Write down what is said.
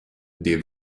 des